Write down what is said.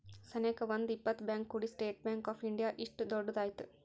ಸನೇಕ ಒಂದ್ ಇಪ್ಪತ್ ಬ್ಯಾಂಕ್ ಕೂಡಿ ಸ್ಟೇಟ್ ಬ್ಯಾಂಕ್ ಆಫ್ ಇಂಡಿಯಾ ಇಷ್ಟು ದೊಡ್ಡದ ಆಯ್ತು